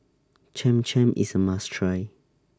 Cham Cham IS A must Try